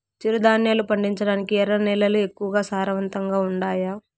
చిరుధాన్యాలు పండించటానికి ఎర్ర నేలలు ఎక్కువగా సారవంతంగా ఉండాయా